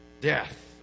death